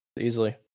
easily